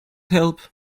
help